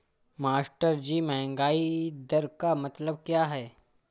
मास्टरजी महंगाई दर का मतलब क्या है?